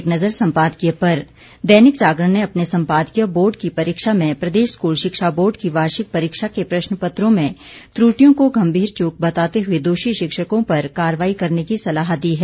एक नजर संपादकीय पर दैनिक जागरण ने अपने संपादकीय बोर्ड की परीक्षा में प्रदेश स्कूल शिक्षा बोर्ड की वार्षिक परीक्षा के प्रश्नपत्रों में त्रुटियों को गंभीर चूक बताते हुए दोषी शिक्षकों पर कार्रवाई करने की सलाह दी है